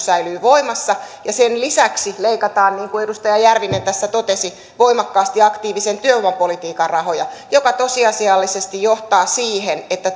voimassa ja sen lisäksi leikataan niin kuin edustaja järvinen tässä totesi voimakkaasti aktiivisen työvoimapolitiikan rahoja mikä tosiasiallisesti johtaa siihen että